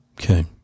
Okay